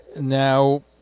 Now